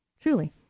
Truly